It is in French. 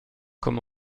comme